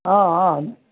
ಹಾಂ ಹಾಂ